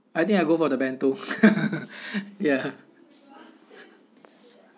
I think I go for the bento ya